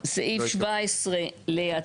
0 ההסתייגות לא התקבלה.